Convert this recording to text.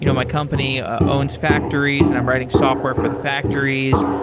you know my company owns factories and i'm writing software for the factories,